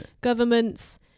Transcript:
governments